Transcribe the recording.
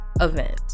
event